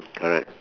correct